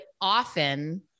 often